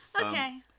Okay